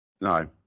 No